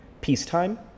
peacetime